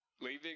leaving